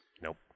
Nope